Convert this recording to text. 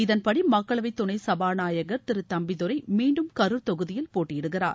இதன்படி மக்களவை துணை சபாநாயகர் திரு தம்பிதுரை மீண்டும் கரூர் தொகுதியில் போட்டியிடுகிறார்